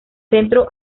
centro